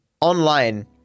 online